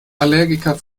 allergiker